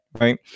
right